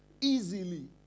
Easily